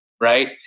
right